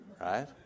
right